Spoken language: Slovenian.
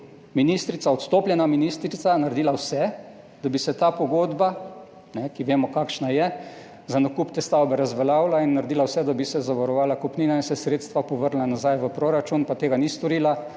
odstopljena ministrica, naredila vse, da bi se ta pogodba, ki vemo kakšna je, za nakup te stavbe razveljavila in naredila vse, da bi se zavarovala kupnina in se sredstva povrnila nazaj v proračun, pa tega ni storila.